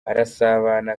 arasabana